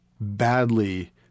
badly